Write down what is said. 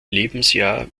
lebensjahr